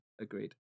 agreed